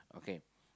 okay